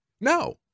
No